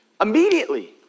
Immediately